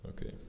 Okay